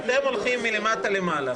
אתם הולכים מלמטה למעלה.